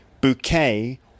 Bouquet